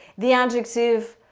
the adjective,